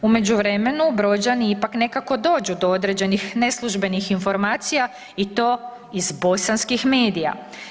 U međuvremenu Brođani ipak nekako dođu do određenih neslužbenih informacija i to iz bosanskih medija.